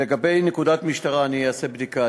לגבי נקודת משטרה, אני אעשה בדיקה.